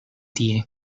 tie